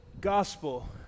gospel